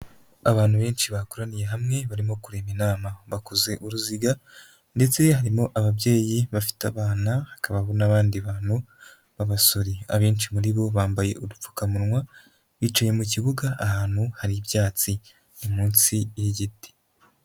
Abantu benshi bakoraniye hamwe barimo kureba inama. Bakoze uruziga ndetse harimo ababyeyi bafite abana, hakabaho n'abandi bantu b'abasore. Abenshi muri bo bambaye udupfukamunwa, bicaye mu kibuga ahantu hari ibyatsi. Ni munsi y'igiti.